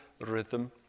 rhythm